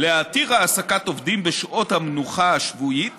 להתיר העסקת עובדים בשעות המנוחה השבועית